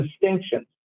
distinctions